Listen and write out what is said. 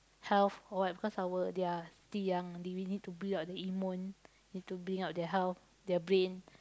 health or what because our they are still young they need to build up their immune need to build up their health their brain